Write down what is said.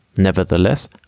Nevertheless